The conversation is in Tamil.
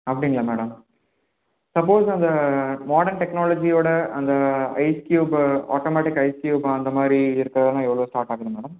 அப்படிங்களா மேடம் சப்போஸ் அந்த மாடர்ன் டெக்னாலஜியோட அந்த ice cube automatic ice cube அந்தமாதிரி இருக்கிறதுலாம் எவ்வளோ ஸ்டார்ட் ஆகுது மேடம்